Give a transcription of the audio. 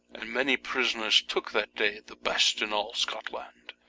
and many prisoners tooke that day, the best in all scotland.